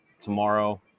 tomorrow